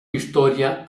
historia